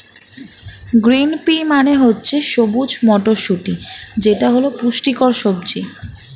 green pea মানে হচ্ছে সবুজ মটরশুঁটি যেটা হল পুষ্টিকর সবজি